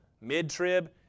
mid-trib